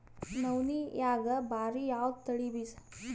ನವಣಿಯಾಗ ಭಾರಿ ಯಾವದ ತಳಿ ಬೀಜ?